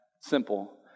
simple